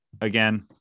again